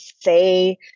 say